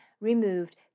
removed